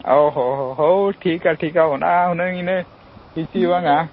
ᱚᱻ ᱦᱚᱸ ᱦᱚᱸ ᱦᱳᱣ ᱴᱷᱤᱠᱼᱟ ᱴᱷᱤᱠᱼᱟ ᱚᱱᱟ ᱦᱩᱱᱟᱹᱝ ᱤᱱᱟᱹᱜ ᱠᱤᱪᱷᱩ ᱵᱟᱝᱼᱟ